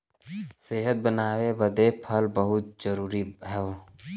सेहत बनाए बदे फल बहुते जरूरी हौ